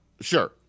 Sure